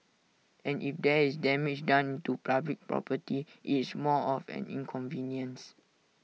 and if there is damage done to public property IT is more of an inconvenience